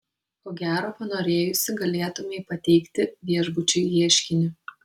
ko gero panorėjusi galėtumei pateikti viešbučiui ieškinį